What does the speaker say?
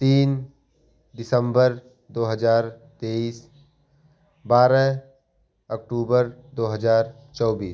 तीन दिसम्बर दो हज़ार तेईस बारह अक्टूबर दो हज़ार चौबीस